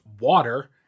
water